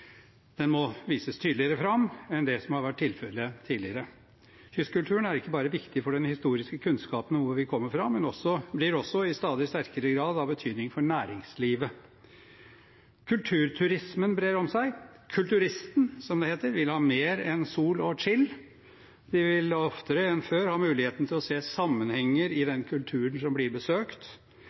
Den må vises tydeligere fram enn det som har vært tilfellet tidligere. Kystkulturen er ikke bare viktig for den historiske kunnskapen om hvor vi kommer fra, men blir også i stadig sterkere grad av betydning for næringslivet. Kulturturismen brer seg. Kulturistene, som det heter, vil ha mer enn sol og chill. De vil oftere enn før ha muligheten til å se sammenhenger i den kulturen som blir besøkt.